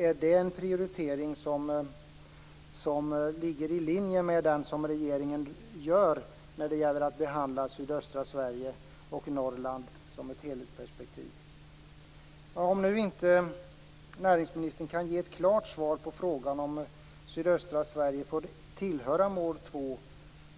Är det en prioritering som ligger i linje med den som regeringen gör när det gäller att behandla sydöstra Sverige och Norrland i ett helhetsperspektiv? Om nu inte näringsministern kan ge ett klart svar på frågan om sydöstra Sverige får tillhöra mål 2